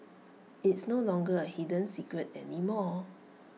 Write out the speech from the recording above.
it's no longer A hidden secret anymore